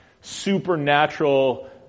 supernatural